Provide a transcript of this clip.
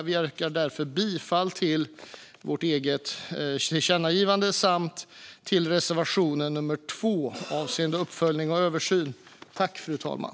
Vi yrkar därför bifall till vårt eget tillkännagivande samt till reservation nr 2 avseende uppföljning och översyn.